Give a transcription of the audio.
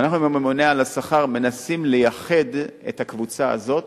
ואנחנו עם הממונה על השכר מנסים לייחד את הקבוצה הזאת,